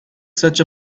such